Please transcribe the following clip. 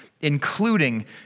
including